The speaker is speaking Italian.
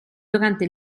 durante